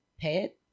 Pet